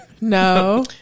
No